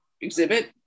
exhibit